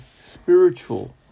spiritual